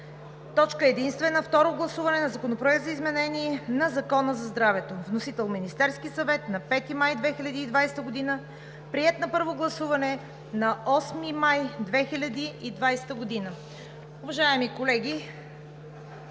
Точка единствена. Второ гласуване на Законопроекта за изменение на Закона за здравето. Вносител – Министерският съвет, 5 май 2020 г. Приет на първо гласуване на 8 май 2020 г.“ Уважаеми колеги,